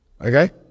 Okay